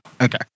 Okay